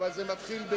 אבל זה מתחיל ב"או".